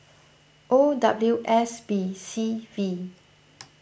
O W S B C V